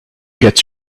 gets